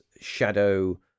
shadow